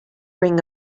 ring